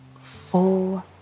full